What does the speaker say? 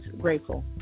grateful